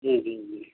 जी जी जी